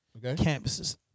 campuses